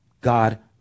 God